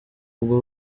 ubwo